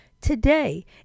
Today